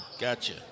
gotcha